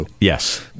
Yes